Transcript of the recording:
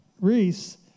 reese